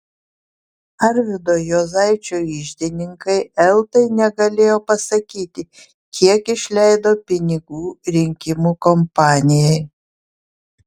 arvydo juozaičio iždininkai eltai negalėjo pasakyti kiek išleido pinigų rinkimų kampanijai